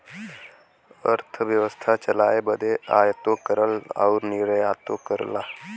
अरथबेवसथा चलाए बदे आयातो करला अउर निर्यातो करला